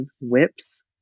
whips